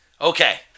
Okay